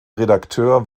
redakteur